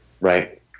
Right